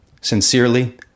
Sincerely